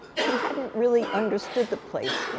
he hadn't really understood the place.